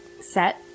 set